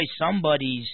somebody's